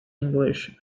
english